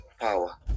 power